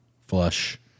flush